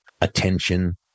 attention